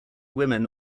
women